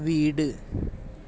വീട്